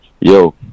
Yo